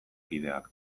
kideak